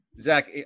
Zach